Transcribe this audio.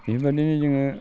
बेफोरबायदिनो जोङो